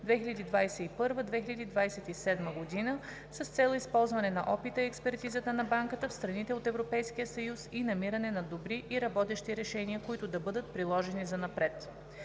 2021 – 2027 г. с цел използване на опита и експертизата на Банката в страните от Европейския съюз и намиране на добри и работещи решения, които да бъдат приложени занапред.